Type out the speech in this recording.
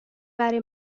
برای